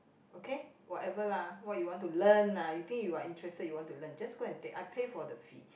okay whatever lah what you want to learn ah you think you are interested you want to learn just go and take I pay for the fee